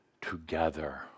together